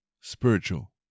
spiritual